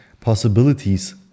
possibilities